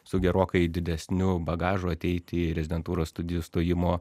su gerokai didesniu bagažu ateit į rezidentūros studijų stojimo